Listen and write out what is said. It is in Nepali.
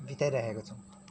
बिताइराखेका छौँ